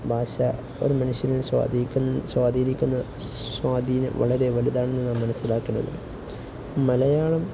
ഭാഷ ഒരു മനുഷ്യനെ സ്വാധീനിക്കുന്ന സ്വാധീനം വളരെ വലുതാണെന്ന് നാം മനസ്സിലാക്കണം മലയാളം